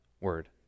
word